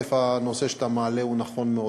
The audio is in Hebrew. הנושא שאתה מעלה הוא נכון מאוד.